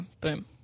Boom